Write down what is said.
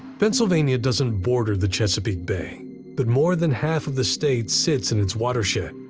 pennsylvania doesn't border the chesapeake bay but more than half of the state sits in its watershed.